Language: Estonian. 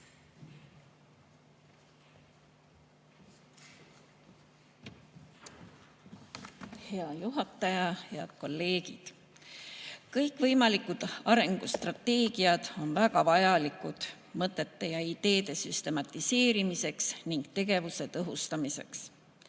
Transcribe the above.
Hea juhataja! Head kolleegid! Kõikvõimalikud arengustrateegiad on väga vajalikud mõtete ja ideede süstematiseerimiseks ning tegevuse tõhustamiseks.